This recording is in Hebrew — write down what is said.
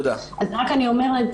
רק אני אומרת,